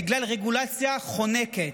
בגלל רגולציה חונקת,